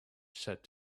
said